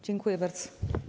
Dziękuję bardzo.